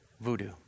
voodoo